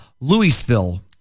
Louisville